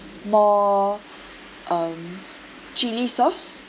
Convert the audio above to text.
more um chilli sauce